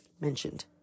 Mentioned